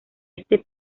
este